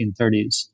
1930s